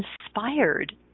inspired